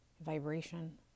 vibration